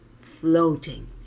floating